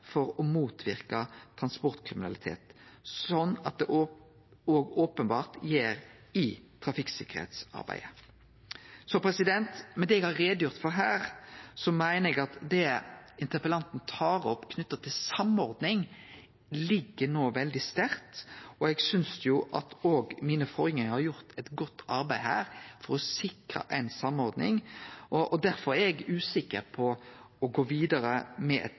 for å motverke transportkriminalitet, slik det òg openbert gjer i trafikksikkerheitsarbeidet. Med det eg har gjort greie for her, meiner eg at det interpellanten tar opp knytt til samordning, no ligg veldig sterkt, og eg synest at òg mine forgjengarar har gjort eit godt arbeid for å sikre ei samordning. Derfor er eg usikker på å gå vidare med eit